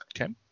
Okay